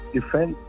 Defend